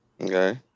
Okay